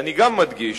ואני גם מדגיש,